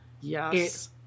yes